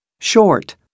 short